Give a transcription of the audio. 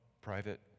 private